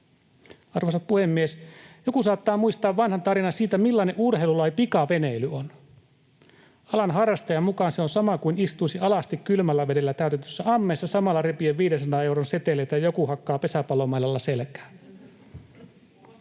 Arvoisa puhemies! Joku saattaa muistaa vanhan tarinan siitä, millainen urheilulaji pikaveneily on: alan harrastajan mukaan se on sama kuin istuisi alasti kylmällä vedellä täytetyssä ammeessa, samalla repien 500 euron seteleitä, ja joku hakkaa pesäpallomailalla selkään.